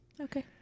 Okay